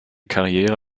karriere